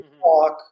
talk